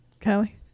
Kelly